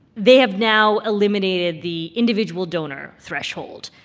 they have now eliminated the individual donor threshold,